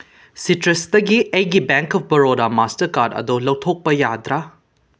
ꯁꯤꯇ꯭ꯔꯁꯇꯒꯤ ꯑꯩꯒꯤ bank of Baroda master card ꯑꯗꯣ ꯂꯧꯊꯣꯛꯄ ꯌꯥꯗ꯭ꯔꯥ